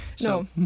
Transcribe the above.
No